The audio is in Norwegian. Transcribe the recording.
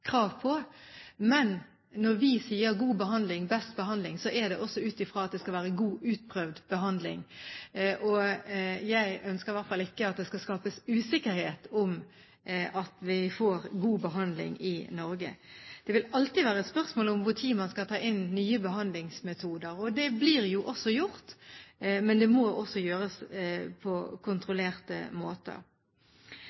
krav på. Men når vi sier god behandling, best behandling, er det også ut fra at det skal være god, utprøvd behandling. Og jeg ønsker i hvert fall ikke at det skal skapes usikkerhet om at vi får god behandling i Norge. Det vil alltid være et spørsmål om når man skal ta inn nye behandlingsmetoder. Det blir jo også gjort, men det må gjøres på